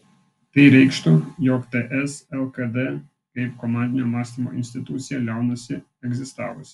tai reikštų jog ts lkd kaip komandinio mąstymo institucija liaunasi egzistavusi